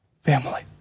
family